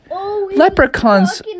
Leprechauns